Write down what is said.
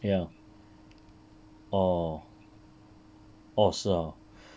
ya orh orh 是 orh